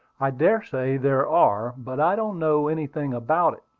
i dare say there are but i don't know anything about it,